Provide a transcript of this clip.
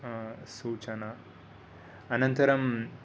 सूचना अनन्तरं